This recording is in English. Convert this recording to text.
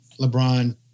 LeBron